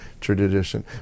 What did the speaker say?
tradition